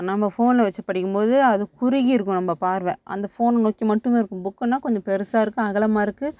நம்ம ஃபோனில் வச்சு படிக்கும் போது அது குறுகியிருக்கும் நம்ம பார்வை அந்த ஃபோனை நோக்கி மட்டுமே இருக்கும் புக்குனால் கொஞ்சம் பெருசாயிருக்கும் அகலமாயிருக்கும்